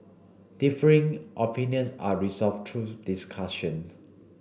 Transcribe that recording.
differing opinions are resolved through discussion